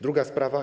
Druga sprawa.